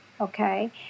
Okay